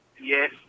Yes